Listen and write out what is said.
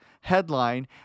headline